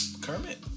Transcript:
Kermit